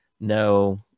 no